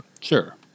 sure